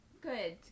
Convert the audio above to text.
good